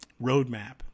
roadmap